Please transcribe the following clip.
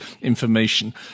information